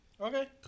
okay